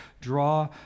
Draw